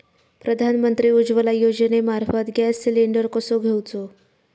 प्रधानमंत्री उज्वला योजनेमार्फत gas cylinder कसो घेऊचो?